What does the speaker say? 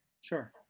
Sure